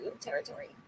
territory